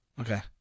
Okay